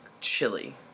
chili